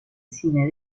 cine